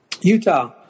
Utah